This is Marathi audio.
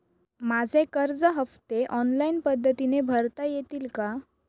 माझे कर्ज हफ्ते ऑनलाईन पद्धतीने भरता येतील का?